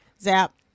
Zap